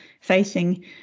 facing